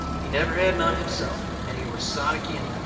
he never had none himself, and he was sot agin it,